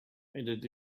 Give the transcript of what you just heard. and